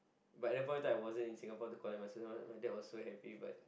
but at the point of time I wasn't in Singapore to collect my cert so my dad was so happy but